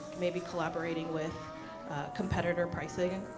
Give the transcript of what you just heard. maybe collaborating with competitor pricing.